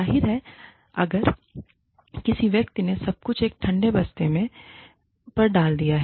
जाहिर है अगर किसी व्यक्ति ने सब कुछ एक ठंडे बस्ते मे बैकबर्नर पर डाल दिया है